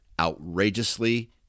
outrageously